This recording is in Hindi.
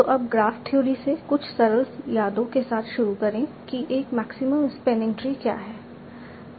तो अब ग्राफ थ्योरी से कुछ सरल यादों के साथ शुरू करें कि एक मैक्सिमम स्पैनिंग ट्री क्या हैं